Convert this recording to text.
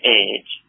age